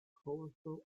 colorful